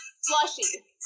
slushy